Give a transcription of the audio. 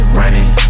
running